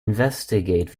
investigate